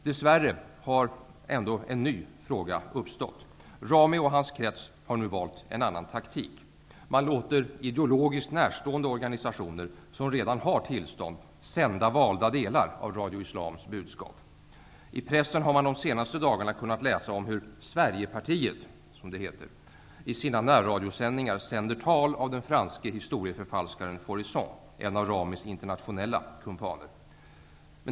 Dess värre har en ny fråga uppstått. Rami och hans krets har nu valt en annan taktik. Man låter ideologiskt närstående organisationer, som redan har tillstånd, sända valda delar av Radio Islams budskap. I pressen har man de senaste dagarna kunnat läsa om hur Sverigepartiet i sina närradiosändningar sänder tal av den franske historieförfalskaren Faurisson -- en av Ramis internationella kumpaner.